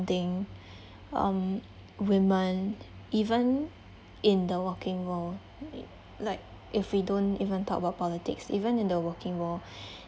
um women even in the working world like if we don't even talk about politics even in the working world